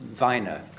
Weiner